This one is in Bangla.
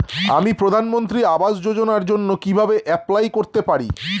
আমি প্রধানমন্ত্রী আবাস যোজনার জন্য কিভাবে এপ্লাই করতে পারি?